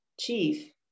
chief